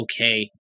okay